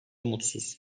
mutsuz